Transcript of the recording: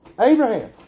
Abraham